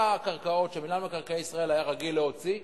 הקרקעות שמינהל מקרקעי ישראל היה רגיל להוציא,